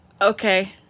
Okay